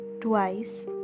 twice